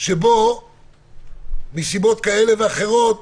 שבו מסיבות כאלה ואחרות